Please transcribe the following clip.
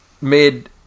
made